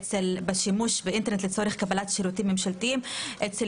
בשימוש באינטרנט לצורך קבלת שירותים ממשלתיים: אצל